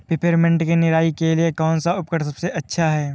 Peppermint की निराई के लिए कौन सा उपकरण सबसे अच्छा है?